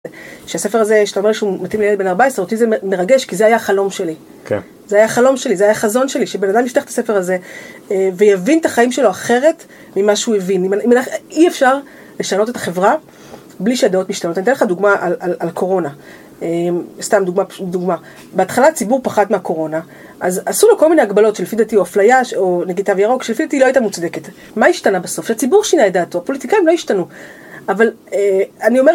כשהספר הזה, כשאתה אומר שהוא מתאים לילד בן 14, אותי זה מרגש כי זה היה חלום שלי. זה היה חלום שלי, זה היה חזון שלי, שבן אדם יפתח את הספר הזה ויבין את החיים שלו אחרת ממה שהוא הבין. אי אפשר לשנות את החברה בלי שהדעות משתנות. אני אתן לך דוגמא על הקורונה. סתם דוגמא פשוט דוגמא. בהתחלה הציבור פחד מהקורונה, אז עשו לו כל מיני הגבלות שלפי דעתי, או אפליה, או נגיד תו ירוק, שלפי דעתי היא לא הייתה מוצדקת. מה השתנה בסוף? שהציבור שינה את דעתו. הפוליטיקאים לא השתנו. אבל, אני אומרת...